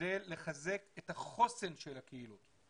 נשתדל לחזק את החוסן של הקהילות.